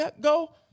go